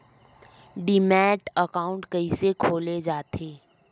Demat account कइसे खोले जाथे?